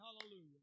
hallelujah